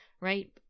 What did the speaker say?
right